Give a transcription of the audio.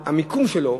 המיקום של המן,